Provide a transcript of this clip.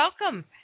Welcome